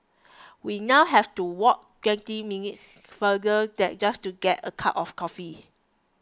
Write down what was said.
we now have to walk twenty minutes farther just to get a cup of coffee